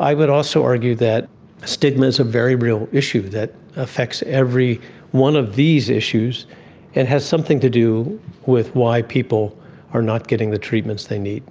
i would also argue that stigma is a very real issue that affects every one of these issues and has something to do with why people are not getting the treatments they meet.